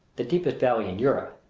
the deepest valley in europe,